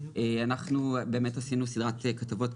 אנחנו עשינו סדרת כתבות,